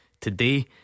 Today